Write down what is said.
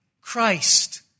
Christ